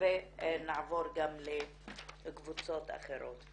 ונעבור גם לקבוצות אחרות.